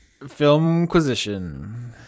filmquisition